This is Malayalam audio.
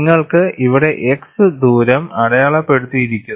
നിങ്ങൾക്ക് ഇവിടെ x ദൂരം അടയാളപ്പെടുത്തിയിരിക്കുന്നു